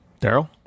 daryl